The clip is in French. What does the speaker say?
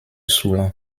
soulan